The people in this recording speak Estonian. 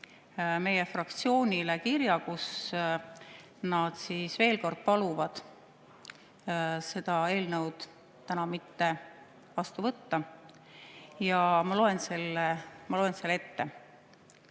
meie fraktsioonile kirja, kus nad veel kord paluvad seda eelnõu täna mitte vastu võtta. Ja ma loen selle ette.